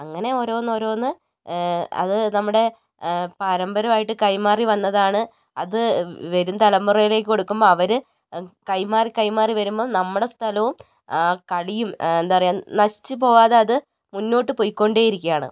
അങ്ങനേ ഓരോന്ന് ഓരോന്ന് അത് നമ്മുടെ പാരമ്പര്യം ആയിട്ട് കൈമാറി വന്നതാണ് അത് വരും തലമുറയിലേക്ക് കൊടുക്കുമ്പോൾ അവർ അത് കൈമാറി കൈമാറി വരുമ്പോൾ നമ്മുടെ സ്ഥലവും കളിയും എന്താ പറയുക നശിച്ചു പോകാതെ അത് മുന്നോട്ട് പോയ്ക്കൊണ്ടേയിരിക്കുകയാണ്